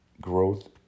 growth